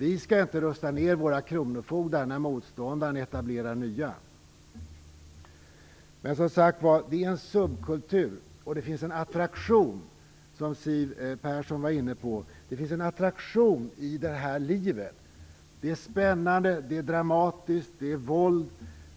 Vi skall inte rusta ner våra kronofogdar när motståndaren etablerar nya. Men, som sagt, det är fråga om en subkultur och det finns, som Siw Persson var inne på, en attraktion i det här livet. Det är spännande. Det är dramatiskt. Det är våld.